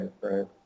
right